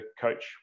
coach